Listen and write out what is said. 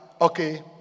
okay